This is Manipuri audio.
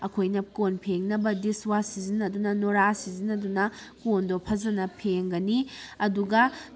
ꯑꯩꯈꯣꯏꯅ ꯀꯣꯟ ꯐꯦꯡꯅꯕ ꯗꯤꯁꯋꯥꯁ ꯁꯤꯖꯤꯟꯅꯗꯨꯅ ꯅꯨꯔꯥ ꯁꯤꯖꯤꯟꯅꯗꯨꯅ ꯀꯣꯟꯗꯨ ꯐꯖꯅ ꯐꯦꯡꯒꯅꯤ ꯑꯗꯨꯒ